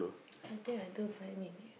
I think until five minutes